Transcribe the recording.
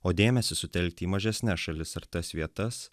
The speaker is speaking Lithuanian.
o dėmesį sutelkti į mažesnes šalis ar tas vietas